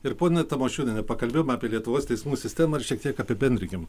ir ponia tamošiūniene pakalbėjom apie lietuvos teismų sistemą ir šiek tiek apibendrinkim